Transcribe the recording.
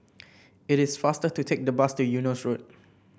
it is faster to take the bus to Eunos Road